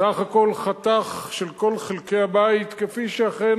סך הכול חתך של כל חלקי הבית כפי שאכן